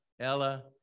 Ella